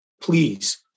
Please